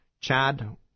Chad